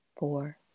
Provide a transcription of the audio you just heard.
Four